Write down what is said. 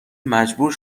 مجبور